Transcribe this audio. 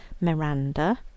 Miranda